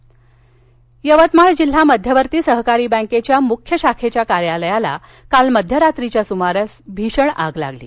यवतमाळ यवतमाळ जिल्हा मध्यवर्ती सहकारी बँकेच्या मुख्य शाखेच्या कार्यालयाला काल मध्यरात्रीच्या सुमारास भीषण आग लागली